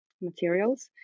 materials